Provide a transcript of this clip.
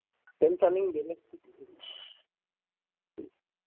ꯀꯔꯤꯝꯇ ꯆꯥꯅꯤꯡꯗꯦꯅꯦ